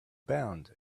bound